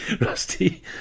Rusty